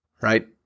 right